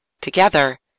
Together